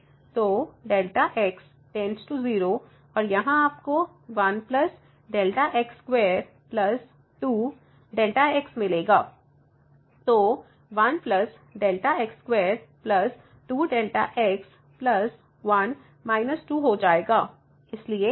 तो Δ x → 0 और यहां आपको 1 Δx22 Δx मिलेगा तो 1 Δx22Δ x1−2 हो जाएगा